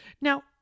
Now